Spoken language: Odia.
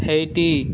ହେଇଟି